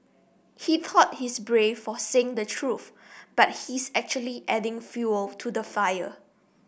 he thought he's brave for saying the truth but he's actually adding fuel to the fire